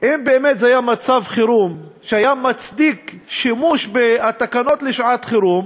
היה מצב חירום שהיה מצדיק שימוש בתקנות לשעת-חירום,